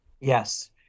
yes